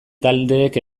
taldeek